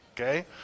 Okay